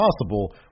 possible